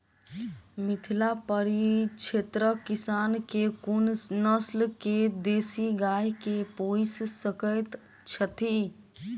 मिथिला परिक्षेत्रक किसान केँ कुन नस्ल केँ देसी गाय केँ पोइस सकैत छैथि?